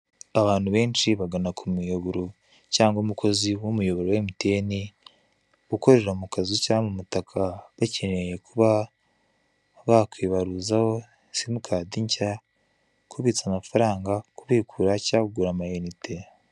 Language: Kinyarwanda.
Abantu benshi bagana k'umuyoboro cyangwa umukozi w'umuyoboro wa Mtn ukorera mu kazu cyangwa mu mutaka bakeneye kuba bakwibaruzaho simukadi nshya, kubitsa mafaranga, kubikura cyangwa kugura amayinite.